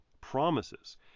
promises